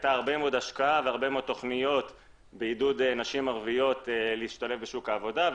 הייתה הרבה השקעה והרבה תכניות בעידוד נשים ערביות להשתלב בשוק העבודה.